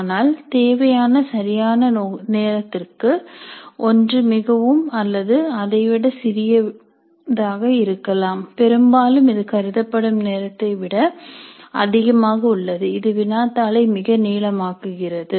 ஆனால் தேவையான சரியான நேரத்திற்கு ஒன்று மிகவும் அல்லது அதை விட சிறிய விட இருக்கலாம் பெரும்பாலும் இது கருதப்படும் நேரத்தை விட அதிகமாக உள்ளது இது வினாத்தாளை மிக நீளமாக்குகிறது